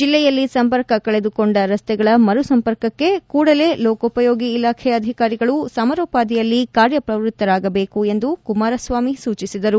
ಜೆಲ್ಲೆಯಲ್ಲಿ ಸಂಪರ್ಕ ಕಳೆದುಕೊಂಡ ರಸ್ತೆಗಳ ಮರುಸಂಪರ್ಕಕ್ಕೆ ಕೂಡಲೇ ಲೋಕೋಪಯೋಗಿ ಇಲಾಖೆ ಅಧಿಕಾರಿಗಳು ಸಮರೋಪಾದಿಯಲ್ಲಿ ಕಾರ್ಯಪ್ರವೃತ್ತರಾಗಬೇಕು ಎಂದು ಕುಮಾರಸ್ವಾಮಿ ಸೂಚಿಸಿದರು